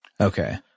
Okay